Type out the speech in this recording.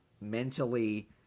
mentally